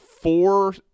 four